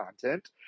content